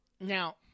Now